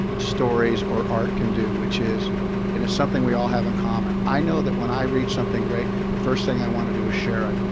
stories or art can do, which is and it's something we all have in common. i know that when i read something great, the first thing i want to do is share it.